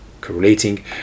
correlating